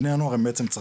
בני הנוער הם בעצם,